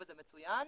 וזה מצוין,